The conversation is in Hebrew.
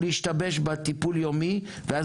עד